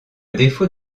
défaut